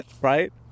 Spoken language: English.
right